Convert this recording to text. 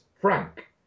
Frank